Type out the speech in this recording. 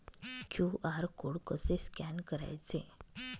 QR code कसे scan करायचे?